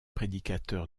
prédicateur